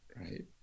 Right